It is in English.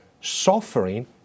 Suffering